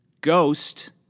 ghost